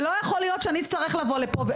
לא יכול להיות שאני אצטרך לבוא לפה.